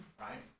Right